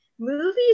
movies